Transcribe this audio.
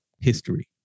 history